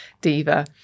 diva